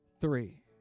three